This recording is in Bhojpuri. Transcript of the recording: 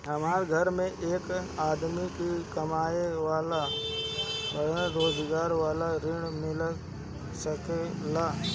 हमरा घर में एक आदमी ही कमाए वाला बाड़न रोजगार वाला ऋण मिल सके ला?